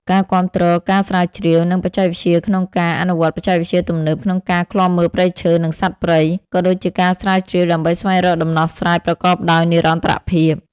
ការគាំទ្រការស្រាវជ្រាវ និងបច្ចេកវិទ្យាក្នុងការ អនុវត្តបច្ចេកវិទ្យាទំនើបក្នុងការឃ្លាំមើលព្រៃឈើ និងសត្វព្រៃ ក៏ដូចជាការស្រាវជ្រាវដើម្បីស្វែងរកដំណោះស្រាយប្រកបដោយនិរន្តរភាព។